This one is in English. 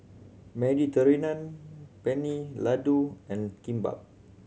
Mediterranean Penne Ladoo and Kimbap